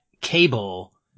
cable